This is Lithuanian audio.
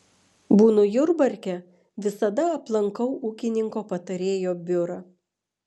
būnu jurbarke visada aplankau ūkininko patarėjo biurą